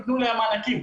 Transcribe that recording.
יתנו להם העארכים,